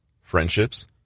friendships